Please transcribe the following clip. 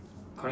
correct